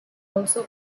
also